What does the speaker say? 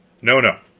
no-no,